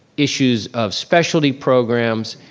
issues of specialty programs.